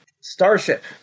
Starship